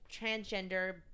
transgender